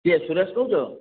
କିଏ ସୁରେଶ କହୁଛ